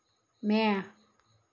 म्या